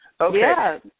Okay